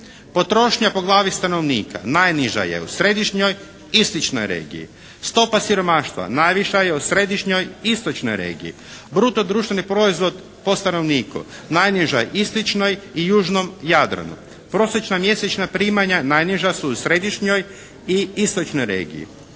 Potrošnja po glavi stanovnika najniža je u središnjoj, istočnoj regiji. Stopa siromaštva najviša je u središnjoj i istočnoj regiji. Bruto društveni proizvod po stanovniku. Najniža istočnoj i južnom Jadranu. Prosječna mjesečna primanja najniža su u središnjoj i istočnoj regiji.